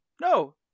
No